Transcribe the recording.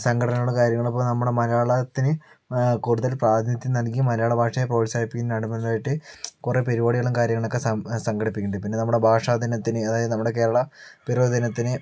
സംഘടനകളുടെ കാര്യങ്ങളും ഇപ്പോൾ നമ്മുടെ മലയാളത്തിന് കൂടുതൽ പ്രാതിനിധ്യം നൽകി മലയാളഭാഷയെ പ്രോത്സാഹിപ്പിക്കുന്നതിന് മുന്നോടിയായിട്ട് കുറേ പരിപാടികളും കാര്യങ്ങളൊക്കെ സംഘടിപ്പിക്കുന്നുണ്ട് പിന്നെ നമ്മുടെ ഭാഷാദിനത്തിന് അതായത് നമ്മുടെ കേരളപ്പിറവി ദിനത്തിന്